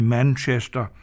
Manchester